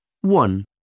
One